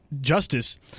justice